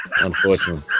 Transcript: unfortunately